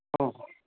অঁ